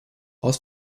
aus